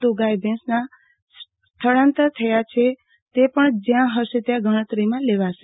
તો ગાય ભેંસના સ્થળાંતર થયા છે પણ તે જ્યાં હશે ત્યાં ગણતરીમાં લેવાશે